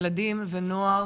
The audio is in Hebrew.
ילדים ונוער